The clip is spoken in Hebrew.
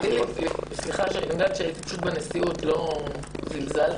סליחה, הייתי בנשיאות עד עכשיו ובוודאי לא זלזלתי.